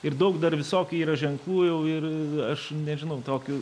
ir daug dar visokių yra ženklų jau ir aš nežinau tokių